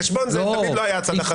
חשבון זה תמיד לא היה הצד החזק שלו.